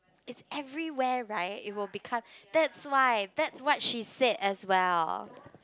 it's everywhere right it will become that's why that's what she said as well